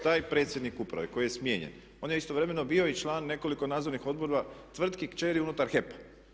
Taj predsjednik uprave koji je smijenjen, on je istovremeno bio i član nekoliko nadzornih odbora tvrtki kćeri unutar HEP-a.